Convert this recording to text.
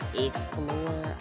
explore